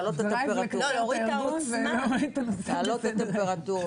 שיעור התלונות שלהם ליוהל"מיות הוא